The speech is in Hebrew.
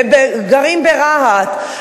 וגרים ברהט,